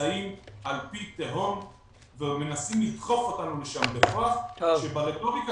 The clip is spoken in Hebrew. נמצאים על-פי תהום ומנסים לדחוף אותנו בכוח כשברטוריקה